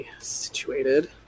situated